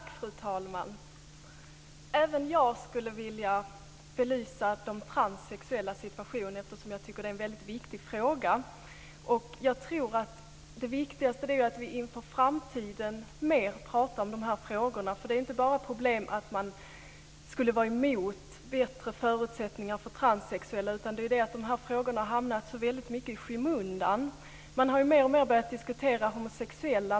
Fru talman! Även jag skulle vilja belysa de transsexuellas situation, eftersom jag tycker att det är en väldigt viktig fråga. Jag tror att det viktigaste är att vi inför framtiden talar mer om de här frågorna, för det är inte bara ett problem att man skulle vara emot bättre förutsättningar för transsexuella utan också att de här frågorna hamnat så väldigt mycket i skymundan. Man har mer och mer börjat diskutera homosexuella.